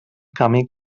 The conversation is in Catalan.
camí